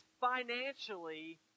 financially